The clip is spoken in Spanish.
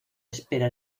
espera